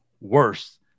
worse